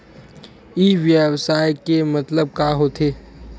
ई व्यवसाय के मतलब का होथे?